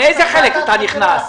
לאיזה חלק אתה נכנס?